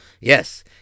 Yes